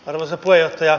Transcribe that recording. arvoisa puheenjohtaja